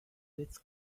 its